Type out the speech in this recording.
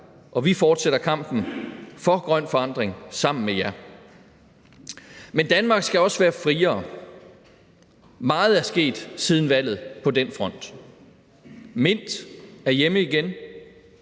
og vi fortsætter kampen for grøn forandring sammen med jer. Men Danmark skal også være friere. Meget er sket siden valget på den front. Mint er hjemme igen.